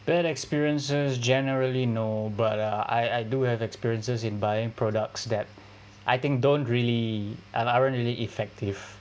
bad experiences generally no but uh I I do have experiences in buying products that I think don't really uh aren't really effective